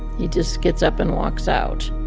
he just gets up and walks out.